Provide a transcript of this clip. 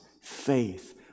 Faith